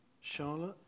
Charlotte